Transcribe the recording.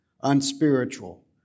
unspiritual